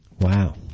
Wow